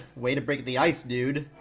way to break the ice, dude.